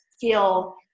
feel